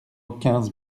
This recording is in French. quinze